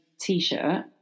t-shirt